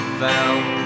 found